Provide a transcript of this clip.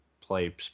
play